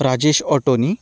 Rajesh auto न्ही